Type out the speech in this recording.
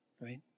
Right